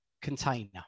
container